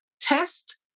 test